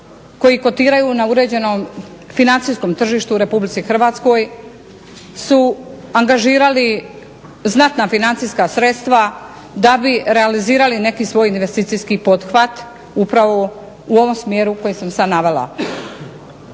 koji kotiraju na uređenom financijskom tržištu u Republici Hrvatskoj su angažirali znatna financijska sredstva da bi realizirali neki svoj investicijski pothvat upravo u ovom smjeru koji sam sad navela.